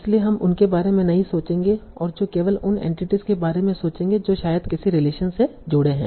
इसलिए हम उनके बारे में नहीं सोचेंगे और जो केवल उन एंटिटीस के बारे में सोचेंगे जो शायद किसी रिलेशन से जुड़े हैं